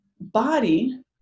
body